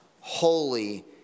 holy